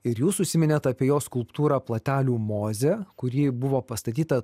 ir jūs užsiminėt apie jo skulptūrą platelių mozė kuri buvo pastatyta